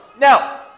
Now